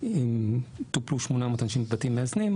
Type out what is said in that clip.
אם טופלו 800 אנשים בבתים מאזנים,